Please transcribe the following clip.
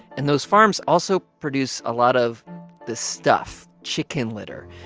and those farms also produce a lot of this stuff chicken litter.